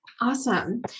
Awesome